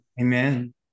Amen